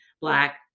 Black